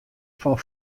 fan